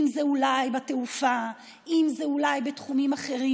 אם זה אולי תעופה, אם זה אולי תחומים אחרים.